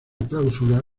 cláusula